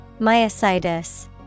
Myositis